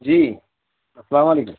جی السلام علیکم